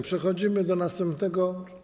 Przechodzimy do następnego.